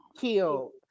Killed